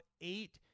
eight